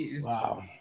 Wow